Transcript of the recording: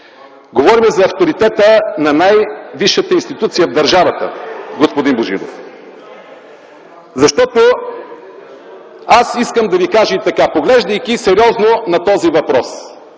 Говорим за авторитета на най-висшата институция в държавата, господин Божинов! Защото аз искам да ви кажа и така. Поглеждайки сериозно на този въпрос,